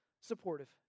Supportive